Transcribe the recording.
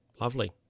Lovely